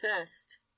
first